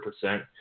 percent